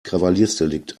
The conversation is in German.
kavaliersdelikt